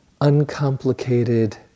uncomplicated